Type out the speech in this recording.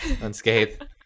unscathed